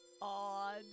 on